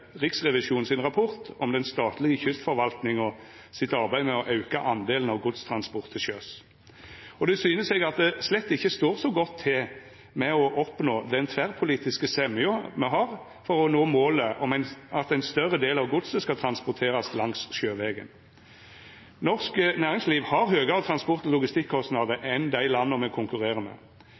Riksrevisjonen sin rapport om den statlege kystforvaltninga sitt arbeid «med å øke andelen godstransport til sjøs». Og det syner seg at det slett ikkje står så godt til med den tverrpolitiske semja me har for å nå målet om at ein større del av godset skal transporterast langs sjøvegen. Norsk næringsliv har høgare transport- og logistikkostnader enn dei landa me konkurrerer med.